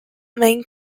main